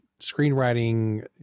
screenwriting